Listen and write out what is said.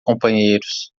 companheiros